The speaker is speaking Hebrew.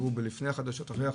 הזכירו לפני החדשות ואחרי החדשות,